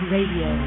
Radio